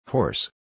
Horse